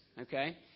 Okay